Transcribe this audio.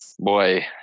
Boy